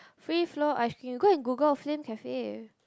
free flow ice cream go and Google Flame Cafe